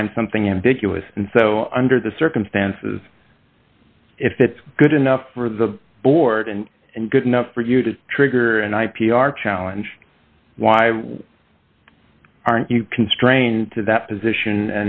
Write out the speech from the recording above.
find something individual and so under the circumstances if it's good enough for the board and and good enough for you to trigger and i p r challenge why aren't you constrained to that position